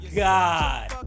god